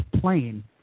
plane